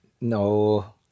no